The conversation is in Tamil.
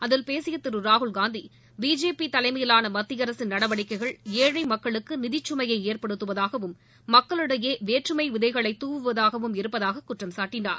அதில் பேசிய திரு ராகுல்காந்தி பிஜேபி தலைமையிலான மத்திய அரசின் நடவடிக்கைகள் ஏழை மக்களுக்கு நிதிச்சுமையை ஏற்படுத்துவதாகவும் மக்களிடையே வேற்றுமை விதைகளை தூவுவதாகவும் இருப்பதாகக் குற்றம்சாட்டினார்